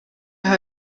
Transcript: aha